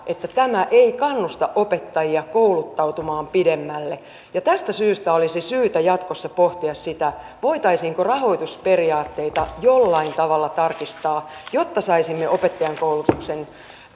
että tämä ei kannusta opettajia kouluttautumaan pidemmälle tästä syystä olisi syytä jatkossa pohtia sitä voitaisiinko rahoitusperiaatteita jollain tavalla tarkistaa jotta saisimme opettajankoulutuksen